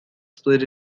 split